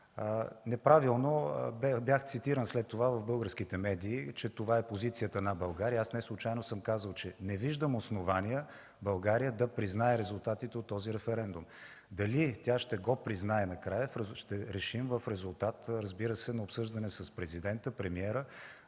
Неправилно бях цитиран след това в българските медии, че това е позицията на България. Аз неслучайно съм казал, че не виждам основания България да признае резултатите от този референдум – дали тя ще го признае накрая, ще решим в резултат, разбира се, на обсъждане с Президента, Премиера.